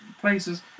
places